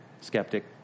skeptic